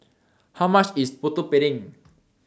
How much IS Putu Piring